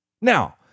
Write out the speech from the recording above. Now